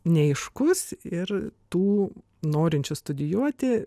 neaiškus ir tų norinčių studijuoti